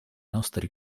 nostri